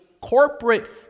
corporate